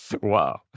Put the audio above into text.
Wow